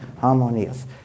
harmonious